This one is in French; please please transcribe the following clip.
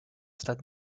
stade